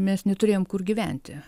mes neturėjom kur gyventi